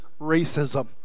racism